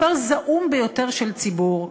מספר זעום ביותר מהציבור.